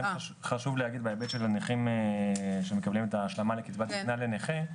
כן חשוב להגיד בהיבט של הנכים שמקבלים את ההשלמה לקצבת זקנה לנכה,